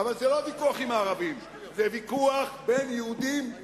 אבל זה לא ויכוח עם הערבים, זה ויכוח בין היהודים,